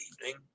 evening